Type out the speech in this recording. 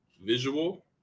visual